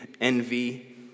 envy